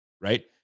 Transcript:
right